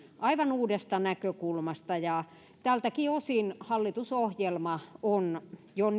aivan uudesta näkökulmasta ja tältäkin osin hallitusohjelma on jo